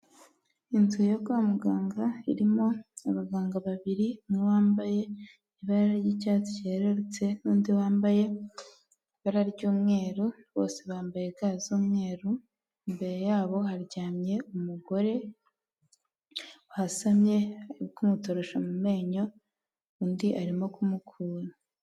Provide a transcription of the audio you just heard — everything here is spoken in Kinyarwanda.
Inzu yo kwa muganga irimo abaganga babiri, umwe wambaye ibara ry'icyatsi cyerurutse n'undi wambaye ibara ry'umweru bose bambaye ga z'umweru, imbere yabo haryamye umugore wasamye uri kumutorosha mu menyo undi arimo kumukura.